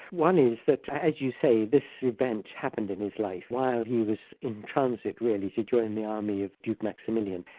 one is that as you say, this event happened in his life while he was in transit really. he joined the army of duke maximilian,